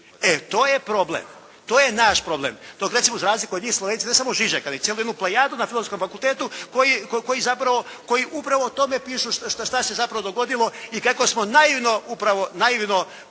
E, to je problem. To je naš problem. Dok recimo za razliku od njih Slovenci, ne samo Žižaka nego cijelu jednu plejadu na filozofskom fakultetu koji zapravo, koji upravo o tome pišu šta se zapravo dogodilo i kako smo naivno, upravo naivno